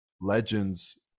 legends